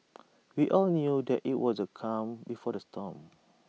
we all knew that IT was A calm before the storm